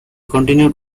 continued